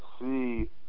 see